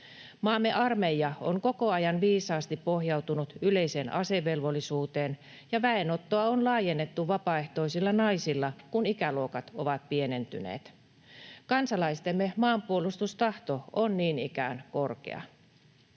Maamme armeija on koko ajan viisaasti pohjautunut yleiseen asevelvollisuuteen, ja väenottoa on laajennettu vapaaehtoisilla naisilla, kun ikäluokat ovat pienentyneet. Kansalaistemme maanpuolustustahto on niin ikään korkea.